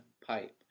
pipe